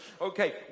Okay